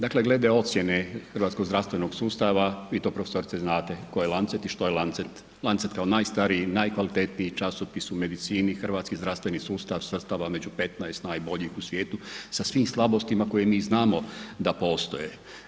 Dakle glede ocjene hrvatskog zdravstvenog sustava, vi to profesorice znate tko je Lancet i što je Lancet, Lancet kao najstariji i najkvalitetniji časopis u medicini, hrvatski zdravstveni sustav svrstava među 15 najboljih u svijetu sa svim slabostima koje mi znamo da postoje.